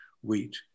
wheat